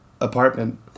apartment